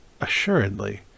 assuredly